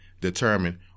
determine